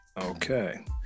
Okay